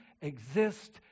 exist